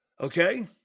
okay